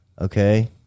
okay